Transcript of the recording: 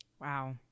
wow